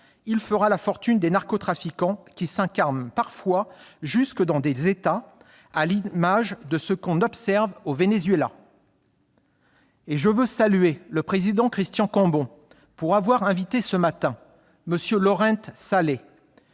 il fera la fortune des narcotrafiquants, qui s'incarnent parfois jusque dans des États, à l'image de ce que l'on observe au Venezuela. Je veux saluer le président Christian Cambon pour avoir invité ce matin M. Lorent Saleh,